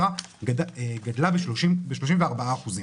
המשמעות תהיה ביטול כל השינויים וכל התהליכים